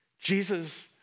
Jesus